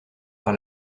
par